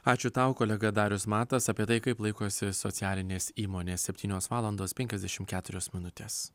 ačiū tau kolega darius matas apie tai kaip laikosi socialinės įmonės septynios valandos penkiasdešimt keturios minutės